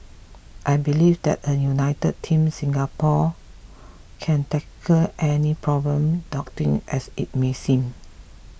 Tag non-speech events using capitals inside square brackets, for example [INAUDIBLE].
I believe that a united Team Singapore can tackle any problem [UNINTELLIGIBLE] as it may seem